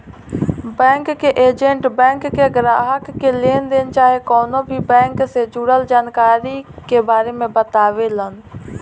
bank के agent bank के ग्राहक के लेनदेन चाहे कवनो भी बैंक से जुड़ल जरूरत के बारे मे बतावेलन